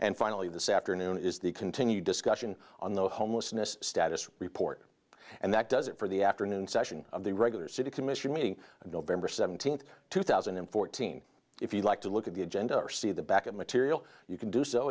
and finally this afternoon is the continued discussion on the homelessness status report and that does it for the afternoon session of the regular city commission meeting nov seventeenth two thousand and fourteen if you like to look at the agenda or see the back of material you can do so